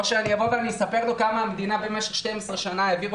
או שאני אספר לו כמה המדינה במשך 12 שנה העבירה